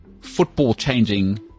football-changing